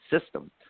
system